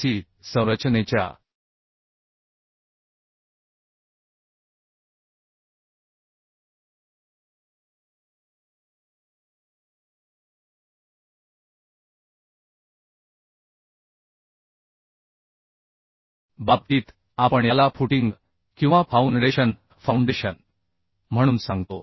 RCC संरचनेच्या बाबतीत आपण याला फूटींग किंवा फाऊनडेशन म्हणून सांगतो